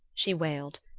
she wailed.